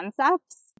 concepts